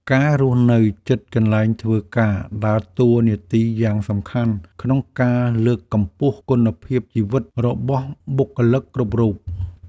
ការរស់នៅជិតកន្លែងធ្វើការដើរតួនាទីយ៉ាងសំខាន់ក្នុងការលើកកម្ពស់គុណភាពជីវិតរបស់បុគ្គលិកគ្រប់រូប។